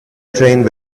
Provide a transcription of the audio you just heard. trained